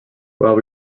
while